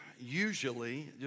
usually